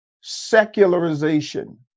secularization